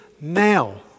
now